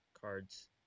cards